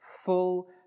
full